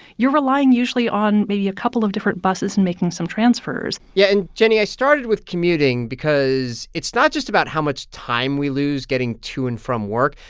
you're relying, usually, on maybe a couple of different buses and making some transfers yeah. and jenny, i started with commuting because it's not just about how much time we lose getting to and from work.